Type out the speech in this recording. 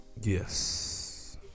Yes